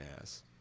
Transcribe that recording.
ass